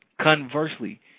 Conversely